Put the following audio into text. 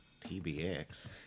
TBX